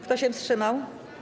Kto się wstrzymał?